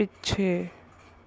ਪਿੱਛੇ